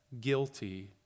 guilty